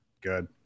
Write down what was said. good